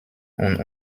und